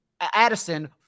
Addison